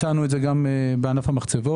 הצענו את זה גם בענף המחצבות.